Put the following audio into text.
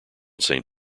saint